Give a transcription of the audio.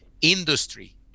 industry